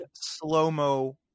slow-mo